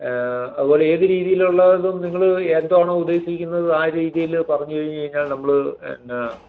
അതുപോലെ ഏതു രീതിയിൽ ഉള്ളതാന്ന് നിങ്ങൾ എന്താണോ ഉദ്ദേശിക്കുന്നത് ആ രീതിയിൽ പറഞ്ഞു കഴിഞ്ഞു കഴിഞ്ഞാൽ നമ്മൾ എന്നാൽ